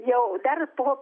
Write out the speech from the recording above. jau dar po